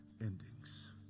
endings